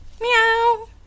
Meow